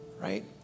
right